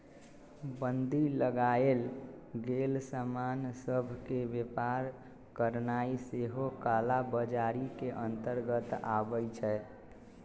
बन्दी लगाएल गेल समान सभ के व्यापार करनाइ सेहो कला बजारी के अंतर्गत आबइ छै